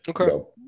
Okay